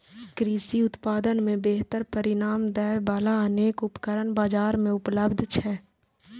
कृषि उत्पादन मे बेहतर परिणाम दै बला अनेक उपकरण बाजार मे उपलब्ध छै